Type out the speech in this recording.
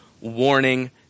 Warning